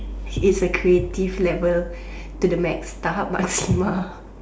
it's a creative level to the max tahap maksima